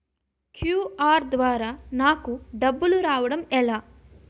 QR ద్వారా నాకు డబ్బులు రావడం ఎలా?